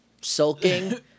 sulking